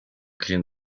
clean